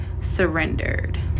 surrendered